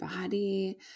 body